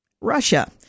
Russia